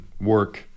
work